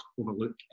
overlook